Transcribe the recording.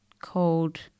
called